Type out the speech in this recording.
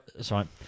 Sorry